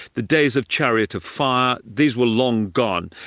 the days of chariots of fire, these were long gone.